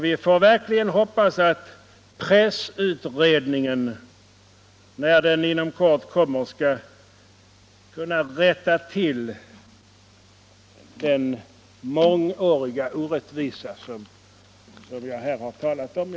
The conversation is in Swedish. Vi får verkligen hoppas att pressutredningen, när den inom kort kommer, skall rätta till den mångåriga orättvisa som jag här har påtalat. Herr talman!